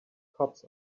cops